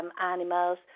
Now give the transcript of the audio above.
animals